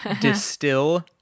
distill